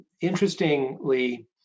Interestingly